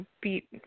beat